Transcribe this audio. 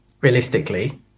realistically